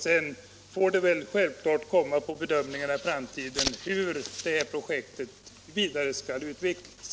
Sedan får det självklart ankomma på bedömningen i framtiden hur detta projekt vidare skall utvecklas.